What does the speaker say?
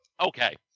Okay